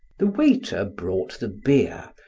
the waiter brought the beer,